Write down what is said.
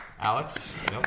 Alex